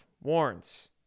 warns